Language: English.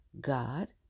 God